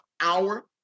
hour